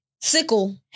sickle